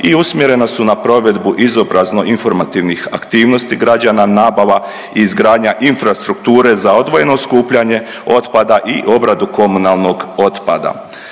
i usmjerena su na provedbu izobrazno informativnih aktivnosti građana, nabava i izgradnja infrastrukture za odvojeno skupljanje otpada i obradu komunalnog otpada.